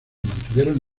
mantuvieron